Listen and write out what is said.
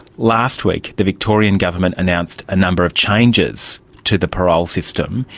last week the victorian government announced a number of changes to the parole system.